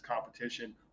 competition